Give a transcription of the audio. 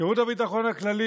שירות הביטחון הכללי,